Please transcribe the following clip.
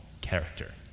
character